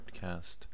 podcast